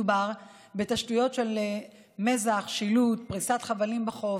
מדובר בתשתיות של מזח, שילוט, פריסת חבלים בחוף,